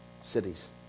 cities